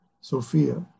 Sophia